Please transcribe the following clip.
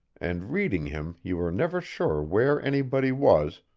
and reading him you were never sure where anybody was,